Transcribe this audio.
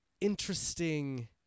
interesting